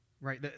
right